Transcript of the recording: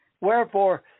Wherefore